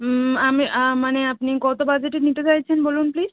হুম আমি মানে আপনি কত বাজেটের নিতে চাইছেন বলুন প্লিজ